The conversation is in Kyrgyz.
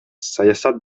саясат